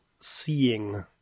seeing